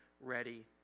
ready